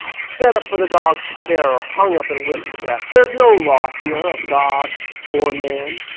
set up for the dogs to tear or hung up and whipped to death. there's no law here of god or man,